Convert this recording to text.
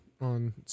on